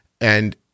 And-